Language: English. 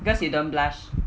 because you don't blush